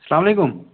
السلام علیکُم